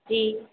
जी